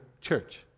church